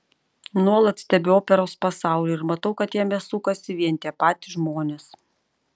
nuolat stebiu operos pasaulį ir matau kad jame sukasi vien tie patys žmonės